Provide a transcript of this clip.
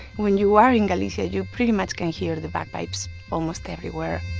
when you are in galicia, you pretty much can hear the bagpipes almost everywhere